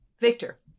Victor